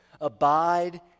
Abide